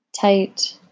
tight